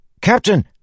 Captain